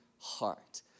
heart